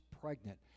pregnant